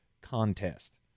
Contest